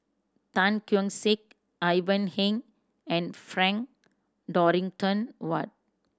Tan Keong Saik Ivan Heng and Frank Dorrington Ward